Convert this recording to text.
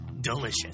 delicious